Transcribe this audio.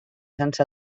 sense